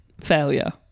failure